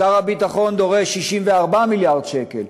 שר הביטחון דורש 64 מיליארד שקל.